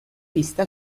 vista